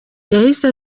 yahise